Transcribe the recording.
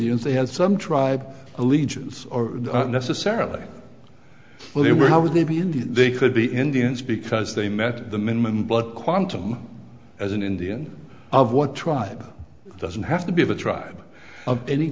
indians they had some tribe allegiance or necessarily they were how would they be indian they could be indians because they met the minimum blood quantum as an indian of what tribe doesn't have to be of a tribe of any